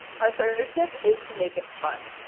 our third tip is to make it fun.